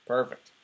Perfect